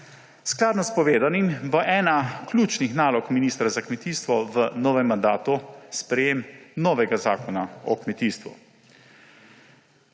Skladno s povedanim, bo ena ključnih nalog ministra za kmetijstvo v novem mandatu sprejetje novega zakona o kmetijstvu